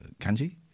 kanji